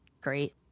great